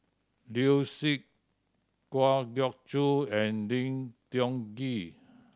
Liu Si Kwa Geok Choo and Lim Tiong Ghee